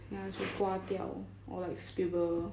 ya should 刮掉 or like scribble